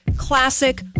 classic